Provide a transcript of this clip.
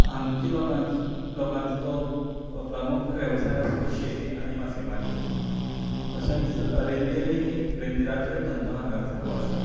हांगची लोकां लोकांचो जो प्रमूख वेवसाय आसा तो शेती आनी मासेमारी तशेच रेंदेर ही रेंदेराचोय धंदो हांगां चालू आसा